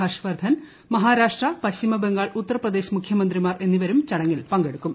ഹർഷ് വർദ്ധൻ മഹാരാഷ്ട്ര പശ്ചിമബംഗാൾ ഉത്തീർപ്പദേശ് മുഖ്യമന്ത്രിമാർ എന്നിവരും ചടങ്ങിൽ പങ്കെടുക്കും